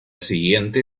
siguiente